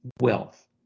wealth